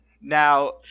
Now